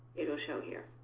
it'll show here.